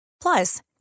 Plus